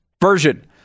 version